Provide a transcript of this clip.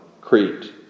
Crete